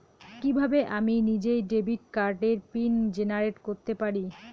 কিভাবে আমি নিজেই ডেবিট কার্ডের পিন জেনারেট করতে পারি?